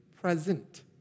present